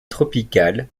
tropicales